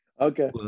Okay